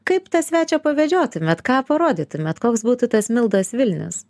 kaip tą svečią pavežiotumėt ką parodytumėt koks būtų tas mildos vilnius